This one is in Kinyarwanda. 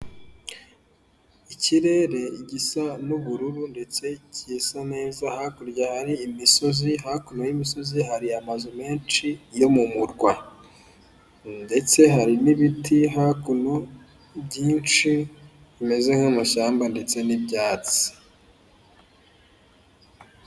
Ikirere gisa nubururu ndetse kisa neza hakurya hari imisozi hakuno y'imisozi hari amazu menshi yo mumurwa, ndetse hari n'ibiti hakuno byinshi bimeze nk'amashyamba ndetse n'ibyatsi.